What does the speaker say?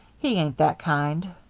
he ain't that kind.